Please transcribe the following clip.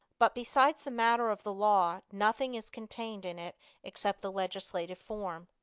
but, besides the matter of the law, nothing is contained in it except the legislative form.